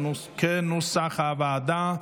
כנוסח הוועדה.